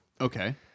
Okay